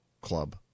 club